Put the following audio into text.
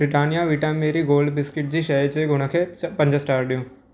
Britannia Vita Marie Gold biscuit जी शइ जे गुण खे पंज स्टार ॾियो